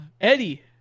Eddie